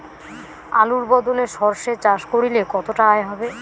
আলুর বদলে সরষে চাষ করলে কতটা আয় হবে?